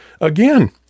again